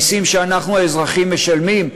המסים שאנחנו האזרחים משלמים,